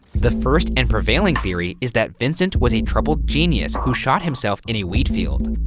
the first and prevailing theory is that vincent was a troubled genius who shot himself in a wheat field.